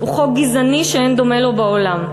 הוא חוק גזעני שאין דומה לו בעולם.